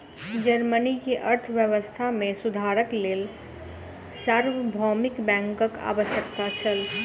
Germany के अर्थव्यवस्था मे सुधारक लेल सार्वभौमिक बैंकक आवश्यकता छल